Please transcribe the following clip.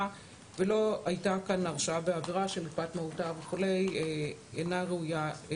ולא הייתה כאן הרשעה בעבירה שמפאת מהותה וכו' אינה ראויה ל